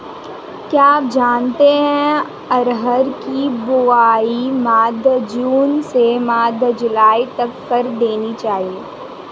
क्या आप जानते है अरहर की बोआई मध्य जून से मध्य जुलाई तक कर देनी चाहिये?